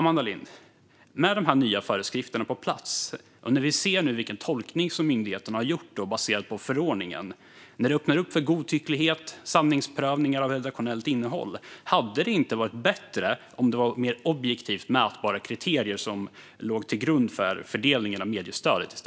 Med dessa nya föreskrifter på plats, Amanda Lind, och när vi nu ser vilken tolkning myndigheten har gjort baserat på förordningen samt när det öppnar upp för godtycklighet och sanningsprövningar av redaktionellt innehåll, hade det inte varit bättre om det i stället var mer objektivt mätbara kriterier som låg till grund för fördelningen av mediestödet?